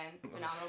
Phenomenal